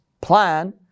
plan